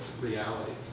reality